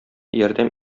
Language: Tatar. ярдәм